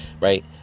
right